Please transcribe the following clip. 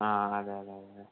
ആ അതെ അതെ അതെ